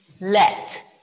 let